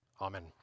Amen